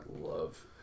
love